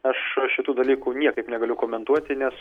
aš aš tų dalykų niekaip negaliu komentuoti nes